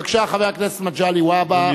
בבקשה, חבר הכנסת מגלי והבה.